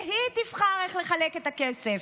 והיא תבחר איך לחלק את הכסף.